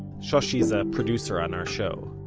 shoshi's a producer on our show